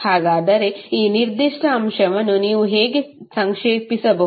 ಹಾಗಾದರೆ ಈ ನಿರ್ದಿಷ್ಟ ಅಂಶವನ್ನು ನೀವು ಹೇಗೆ ಸಂಕ್ಷೇಪಿಸಬಹುದು